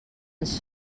ens